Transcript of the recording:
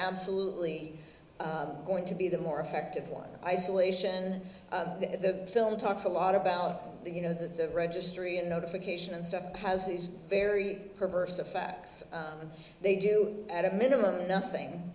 absolutely going to be the more effective one isolation that the film talks a lot about you know the registry and notification and stuff has these very perverse of facts and they do at a minimum nothing